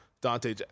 Dante